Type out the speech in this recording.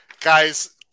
Guys